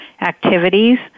activities